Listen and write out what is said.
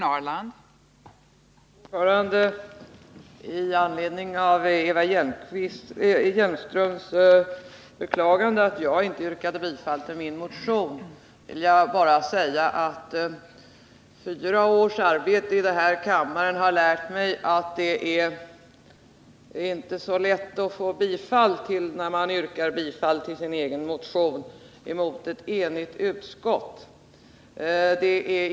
Fru talman! Med anledning av Eva Hjelmströms beklagande att jag inte yrkade bifall till min egen motion, vill jag säga att fyra års arbete i den här kammaren har lärt mig att det inte är så lätt att få gehör för något som går emot ett enat utskotts uppfattning.